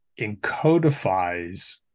encodifies